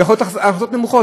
ויכול להיות הכנסות נמוכות.